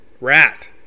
Rat